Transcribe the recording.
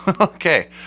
Okay